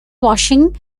washing